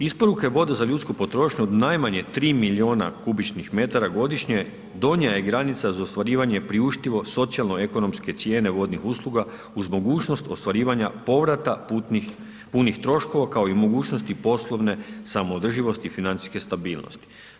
Isporuke vode za ljudsku potrošnju najmanje 3 milijuna kubičnih metara godišnje donja je granica za ostvarivanje priuštivo socijalno ekonomske cijene vodnih usluga uz mogućnost ostvarivanja povrata putnih, punih troškova kao i mogućnosti poslovne samoodrživosti i financijske stabilnosti.